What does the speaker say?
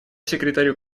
секретарю